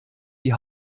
die